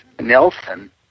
Nelson